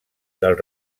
del